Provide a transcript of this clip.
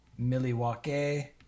Milwaukee